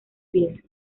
pies